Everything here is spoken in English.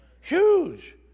Huge